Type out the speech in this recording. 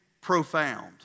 profound